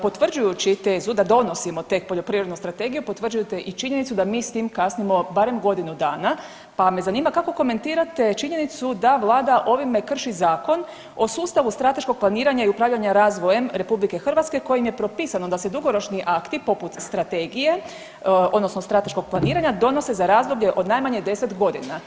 Potvrđujući tezu da donosimo tek Poljoprivrednu strategiju potvrđujete i činjenicu da mi s tim kasnimo barem godinu dana, pa me zanima kako komentirate činjenicu da Vlada ovime krši Zakon o sustavu strateškog planiranja i upravljanja razvojem Republike Hrvatske kojim je propisano da se dugoročni akti poput strategije, odnosno strateškog planiranja donose za razdoblje od najmanje 10 godina.